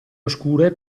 oscure